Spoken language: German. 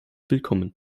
willkommen